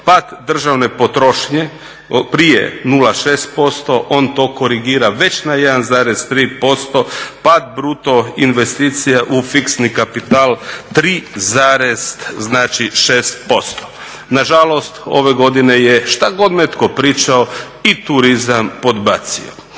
pad državne potrošnje prije 0,6%, on to korigira već na 1,3%, pad bruto investicija u fiksni kapital 3,6%. Nažalost, ove godine je šta god netko pričao, i turizam podbacio.